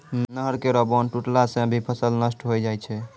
नहर केरो बांध टुटला सें भी फसल नष्ट होय जाय छै